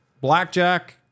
Blackjack